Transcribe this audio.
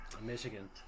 Michigan